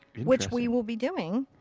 which we will be doing.